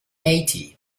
eighty